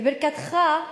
בברכתך,